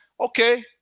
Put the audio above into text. okay